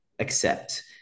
accept